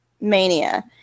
mania